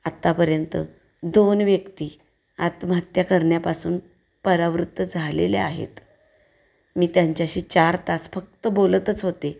आतापर्यंत दोन व्यक्ती आत्महत्या करण्यापासून परावृत्त झालेल्या आहेत मी त्यांच्याशी चार तास फक्त बोलतच होते